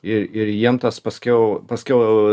ir ir jiem tas paskiau paskiau